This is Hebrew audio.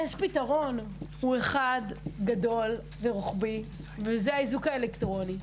יש פתרון אחד גדול ורוחבי, וזה האיזוק האלקטרוני.